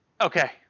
Okay